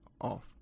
off